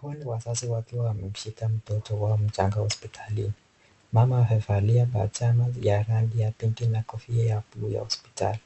Hawa ni wazazi wakiwa wamemshika mtoto wao mchanga hosiptalini, mama amevalia pajama ya rangi ya pinki na kofia ya buluu ya hosiptali.